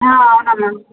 అవును అమ్మ